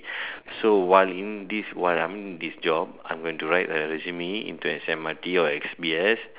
so while in this while I'm in this job I'm going to write a resume to S_M_R_T or S_B_S